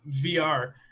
VR